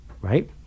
right